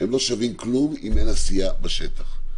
לא שווים כלום אם אין עשייה בשטח.